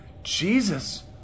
Jesus